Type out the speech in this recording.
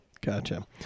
Gotcha